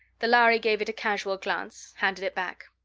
the lhari gave it a casual glance, handed it back.